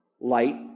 light